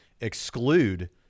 exclude